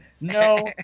No